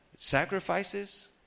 Sacrifices